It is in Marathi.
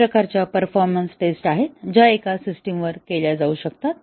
विविध प्रकारच्या परफॉर्मन्स टेस्ट्स आहेत ज्या एका सिस्टिमवर केल्या जाऊ शकतात